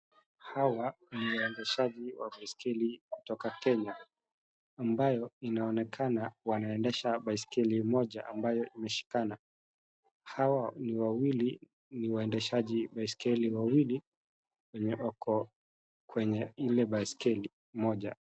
Hawa ni waendeshaji wa baiskeli kutoka kenya ambayo inaonekana wanaendesha baiskeli moja ambayo imeshikana ,hawa ni wawili ni waendeshaji baiskeli wawili wenye wako kwenye ile baiskeli moja.